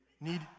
need